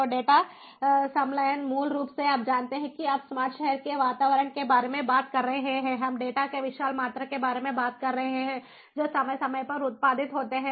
तो डेटा संलयन मूल रूप से आप जानते हैं कि आप स्मार्ट शहर के वातावरण के बारे में बात कर रहे हैं हम डेटा के विशाल मात्रा के बारे में बात कर रहे हैं जो समय समय पर उत्पादित होते हैं